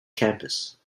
campus